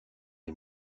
les